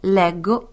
leggo